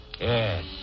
Yes